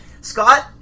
Scott